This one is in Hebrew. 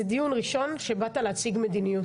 זה דיון ראשון שבאת להציג מדיניות.